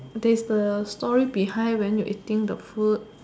there's the story behind when you eating the food